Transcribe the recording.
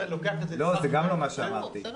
זה גם לא מה שאמרתי,